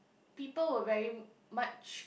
people were very much